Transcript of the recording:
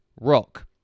rock